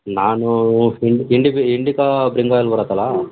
ನಾನು in Indic Indica bring oil ಬರುತ್ತಲ್ಲ